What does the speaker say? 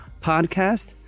podcast